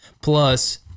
Plus